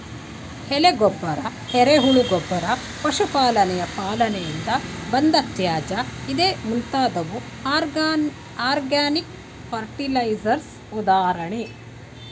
ಎಲೆ ಗೊಬ್ಬರ, ಎರೆಹುಳು ಗೊಬ್ಬರ, ಪಶು ಪಾಲನೆಯ ಪಾಲನೆಯಿಂದ ಬಂದ ತ್ಯಾಜ್ಯ ಇದೇ ಮುಂತಾದವು ಆರ್ಗ್ಯಾನಿಕ್ ಫರ್ಟಿಲೈಸರ್ಸ್ ಉದಾಹರಣೆ